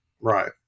Right